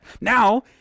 Now